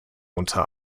unter